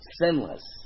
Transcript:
sinless